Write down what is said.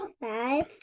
Five